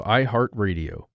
iHeartRadio